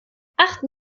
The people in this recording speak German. achten